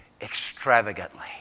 extravagantly